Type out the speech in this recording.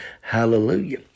Hallelujah